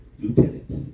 lieutenants